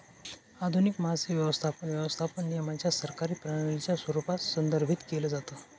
आधुनिक मासे व्यवस्थापन, व्यवस्थापन नियमांच्या सरकारी प्रणालीच्या स्वरूपात संदर्भित केलं जातं